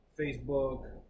Facebook